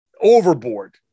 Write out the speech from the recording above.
overboard